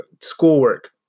schoolwork